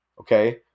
okay